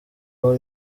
aho